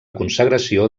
consagració